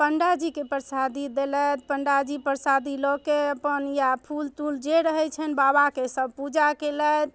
पण्डाजीके परसादी देलथि पण्डाजी परसादी लऽ कऽ अपन इएह फूल तूल जे रहै छनि बाबाके सभ पूजा केलथि